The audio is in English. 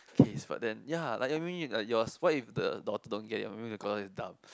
K so then ya like I mean like yours what if the daughter don't get it or maybe because he is dumb